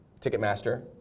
Ticketmaster